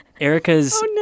Erica's